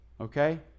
Okay